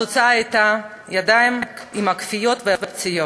התוצאה הייתה ידיים עם כוויות ופציעות.